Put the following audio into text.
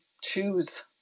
choose